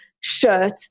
shirt